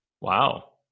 Wow